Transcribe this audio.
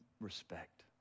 respect